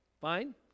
fine